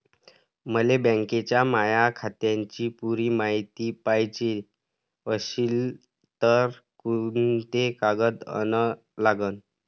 मले बँकेच्या माया खात्याची पुरी मायती पायजे अशील तर कुंते कागद अन लागन?